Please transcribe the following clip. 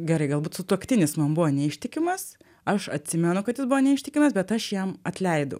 gerai galbūt sutuoktinis man buvo neištikimas aš atsimenu kad jis buvo neištikimas bet aš jam atleidau